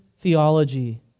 theology